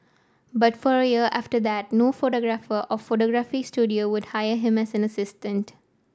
but for a year after that no photographer or photography studio would hire him as an assistant